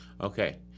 Okay